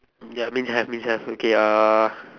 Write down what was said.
ya means have means have okay uh